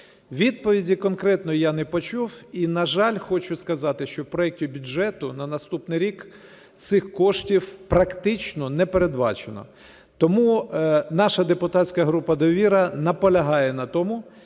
Відповіді конкретної я не почув. І, на жаль, хочу сказати, що в проекті бюджету на наступний рік цих коштів практично не передбачено. Тому наша депутатська група "Довіра" наполягає на тому,